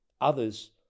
Others